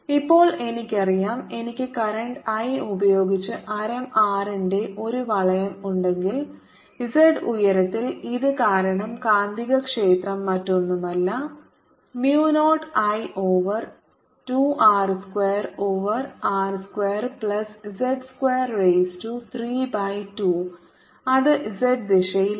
ഇപ്പോൾ എനിക്കറിയാം എനിക്ക് കറന്റ് I ഉപയോഗിച്ച് ആരം r ന്റെ ഒരു വളയo ഉണ്ടെങ്കിൽ z ഉയരത്തിൽ ഇത് കാരണം കാന്തികക്ഷേത്രം മറ്റൊന്നുമല്ല mu 0 I ഓവർ 2 rസ്ക്വാർ over r square plus z square raise to 3 by 2 അത് z ദിശയിലാണ്